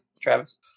Travis